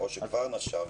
או שכבר נשר.